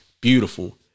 Beautiful